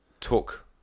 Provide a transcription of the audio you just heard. took